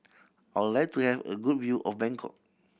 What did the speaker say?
I like to have a good view of Bangkok